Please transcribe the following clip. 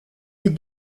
des